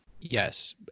Yes